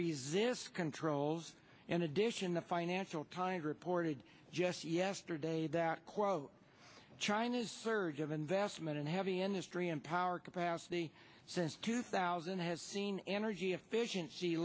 resist controls in addition the financial times reported just yesterday that quote china's surge of investment in heavy industry and power capacity since two thousand has seen energy efficiency